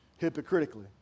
hypocritically